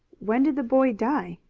when did the boy die?